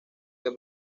que